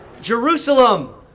Jerusalem